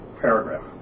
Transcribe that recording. paragraph